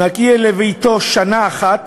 נקי יהיה לביתו שנה אחת